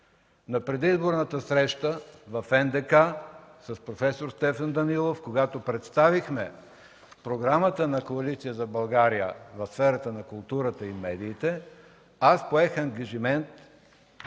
На предизборната среща в НДК с проф. Стефан Данаилов, когато представихме програмата на Коалиция за България в сферата на културата и медиите, аз поех ангажимент